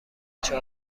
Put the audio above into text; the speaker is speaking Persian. بچه